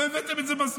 לא הבאתם את זה בזמן.